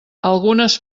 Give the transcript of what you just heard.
algunes